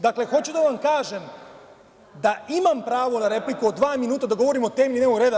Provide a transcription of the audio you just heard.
Dakle, hoću da vam kažem da imam pravo na repliku od dva minuta da govorim o temi dnevnog reda.